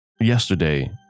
Yesterday